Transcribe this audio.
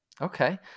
Okay